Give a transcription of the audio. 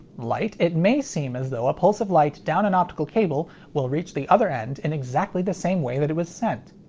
light, it may seem as though a pulse of light down an optical cable will reach the other end in exactly the same way that it was sent.